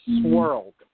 swirled